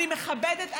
אני מכבדת,